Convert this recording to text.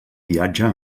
viatge